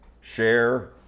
Share